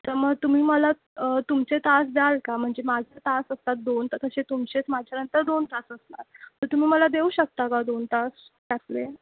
तर मग तुम्ही मला तुमचे तास द्याल का म्हणजे माझं तास असतात दोन तर तसे तुमचेच माझ्यानंतर दोन तास असणार तर तुम्ही मला देऊ शकता का दोन तास त्यातले